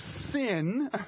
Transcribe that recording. sin